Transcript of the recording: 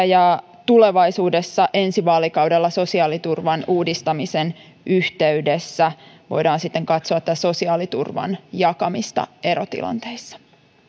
ja tulevaisuudessa ensi vaalikaudella sosiaaliturvan uudistamisen yhteydessä voidaan sitten katsoa tämän sosiaaliturvan jakamista erotilanteissa